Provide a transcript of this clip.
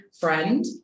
friend